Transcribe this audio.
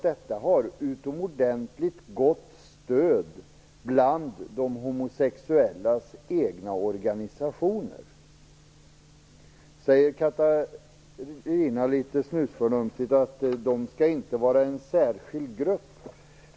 Detta har utomordentligt starkt stöd bland de homosexuellas egna organisationer. Catarina Rönnung sade litet snusförnuftigt att de homosexuella inte skall utgöra en särskild grupp.